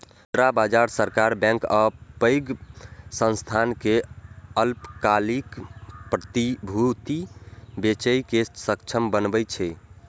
मुद्रा बाजार सरकार, बैंक आ पैघ संस्थान कें अल्पकालिक प्रतिभूति बेचय मे सक्षम बनबै छै